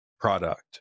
product